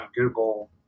Google